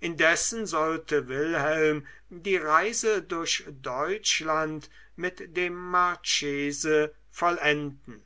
indessen sollte wilhelm die reise durch deutschland mit dem marchese vollenden